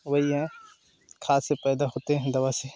वही है खाद से पैदा होते हैं दवा से